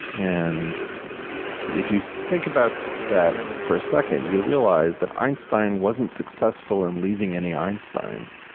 and if you think about that for a second, you'll realize that einstein wasn't successful in leaving any einsteins,